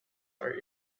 are